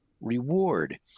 reward